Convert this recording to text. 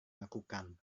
lakukan